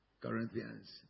Corinthians